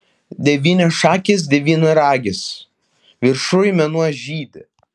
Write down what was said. devyniašakis devyniaragis viršuj mėnuo žydi